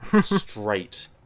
Straight